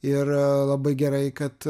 ir labai gerai kad